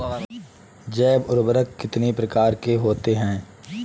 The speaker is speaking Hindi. जैव उर्वरक कितनी प्रकार के होते हैं?